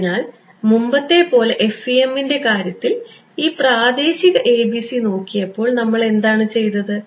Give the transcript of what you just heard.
അതിനാൽ മുമ്പത്തെപ്പോലെ FEM ൻറെ കാര്യത്തിൽ ഈ പ്രാദേശിക ABC നോക്കിയപ്പോൾ നമ്മൾ എന്താണ് ചെയ്തത്